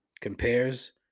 compares